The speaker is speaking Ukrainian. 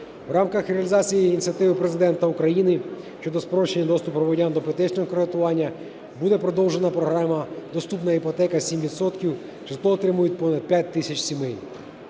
В рамках реалізації ініціативи Президента України щодо спрощення доступу громадян до іпотечного кредитування, буде продовжена програма "Доступна іпотека 7 відсотків", житло отримають понад 5 тисяч сімей.